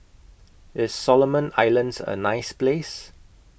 IS Solomon Islands A nice Place